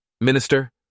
Minister